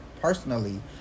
personally